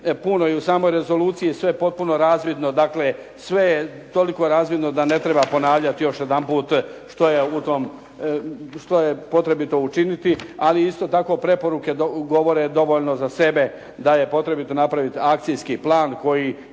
puno i u samoj rezoluciji sve je potpuno razvidno, dakle sve je toliko razvidno da ne treba ponavljati još jedanput što je potrebito učiniti, ali isto tako preporuke govore dovoljno za sebe, da je potrebito napraviti akcijski plan koji